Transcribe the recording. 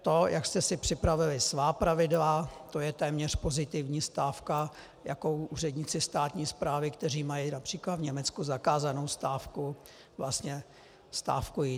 To, jak jste si připravili svá pravidla, to je téměř pozitivní stávka, jakou úředníci státní správy, kteří mají například v Německu zakázanou stávku, stávkují.